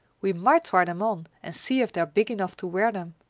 we might try them on and see if they are big enough to wear them.